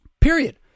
Period